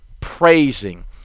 praising